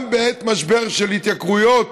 גם בעת משבר של התייקרויות,